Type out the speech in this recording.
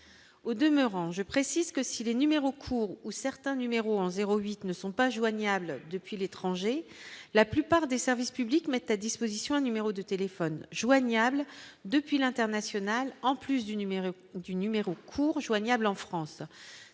au demeurant, je précise que si les numéros courts ou certains numéros en 08 ne sont pas joignables depuis l'étranger, la plupart des services publics mettent à disposition un numéro de téléphone joignable depuis l'international, en plus du numéro du numéro court joignable en France,